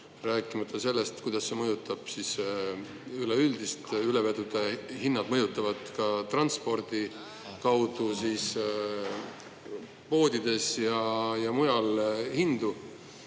rääkimata sellest, kuidas see mõjutab üleüldist [elu], ülevedude hinnad mõjutavad transpordi kaudu ka poodides ja mujal hindu.